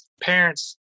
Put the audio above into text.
parents